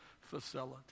facility